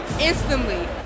instantly